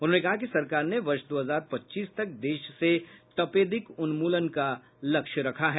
उन्होंने कहा कि सरकार ने वर्ष दो हजार पच्चीस तक देश से तपेदिक उन्मूलन का लक्ष्य रखा है